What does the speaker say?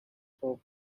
for